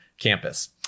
campus